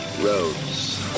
roads